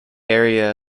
area